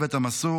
הצוות המסור,